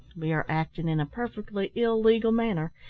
we are acting in a perfectly illegal manner,